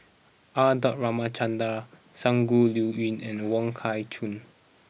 R dot Ramachandran Shangguan Liuyun and Wong Kah Chun